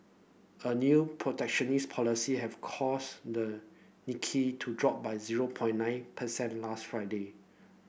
a new protectionist policy have caused the Nikkei to drop by zero point nine percent last Friday